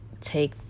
take